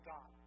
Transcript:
God